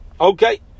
Okay